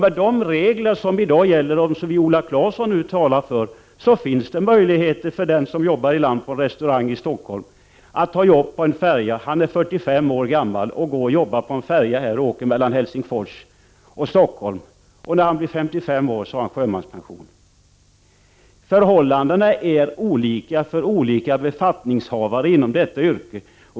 Med de regler som gäller i dag och som Viola Claesson talar för finns det möjligheter för en som jobbar i land på en restaurang i Stockholm att ta jobb på en färja, t.ex. när man är 45 år, åka mellan Helsingfors och Stockholm och vid 55 års ålder få sjömanspension. Förhållandena är olika för olika befattningshavare inom detta yrke.